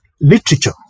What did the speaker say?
literature